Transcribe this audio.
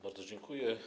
Bardzo dziękuję.